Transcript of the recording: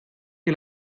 que